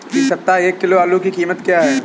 इस सप्ताह एक किलो आलू की कीमत क्या है?